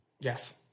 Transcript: Yes